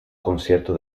concierto